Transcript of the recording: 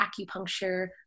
acupuncture